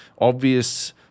obvious